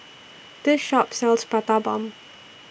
This Shop sells Prata Bomb